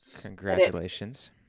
Congratulations